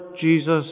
Jesus